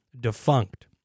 Defunct